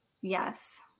Yes